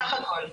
בסך הכל,